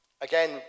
Again